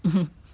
mmhmm